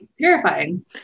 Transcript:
terrifying